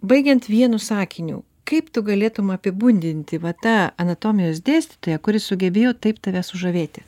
baigiant vienu sakiniu kaip tu galėtum apibūdinti va tą anatomijos dėstytoją kuris sugebėjo taip tave sužavėti